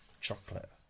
chocolate